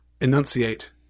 enunciate